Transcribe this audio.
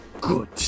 Good